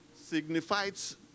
signifies